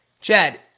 Chad